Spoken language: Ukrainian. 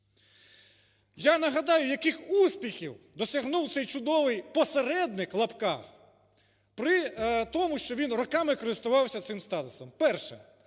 Я нагадаю, яких успіхів досягнув цей "чудовий посередник" (в лапках) при тому, що він роками користувався цим статусом. Перше.